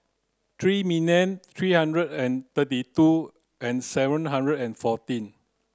three million three hundred and thirty two and seven hundred and fourteen